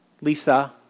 Lisa